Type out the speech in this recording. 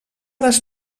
les